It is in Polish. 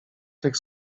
tych